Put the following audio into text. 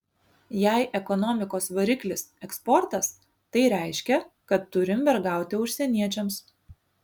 jei ekonomikos variklis eksportas tai reiškia kad turim vergauti užsieniečiams